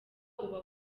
uba